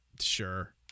Sure